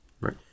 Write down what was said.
right